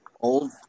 old